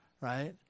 right